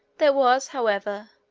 there was, however,